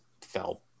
fell